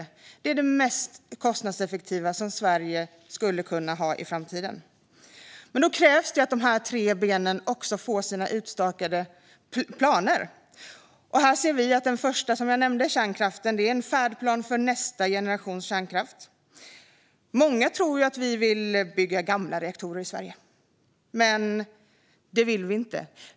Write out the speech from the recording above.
Detta är det mest kostnadseffektiva som Sverige skulle kunna ha i framtiden. Då krävs det att dessa tre ben får sina utstakade planer. När det gäller det första som jag nämnde, kärnkraften, anser vi att det bör vara en färdplan för nästa generations kärnkraft. Många tror att vi vill bygga gamla reaktorer i Sverige, men det vill vi inte.